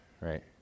right